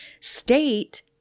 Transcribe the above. state